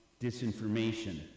disinformation